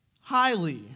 highly